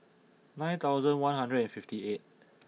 nine thousand one hundred and fifty eighth